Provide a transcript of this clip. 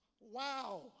Wow